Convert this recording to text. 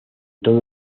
todo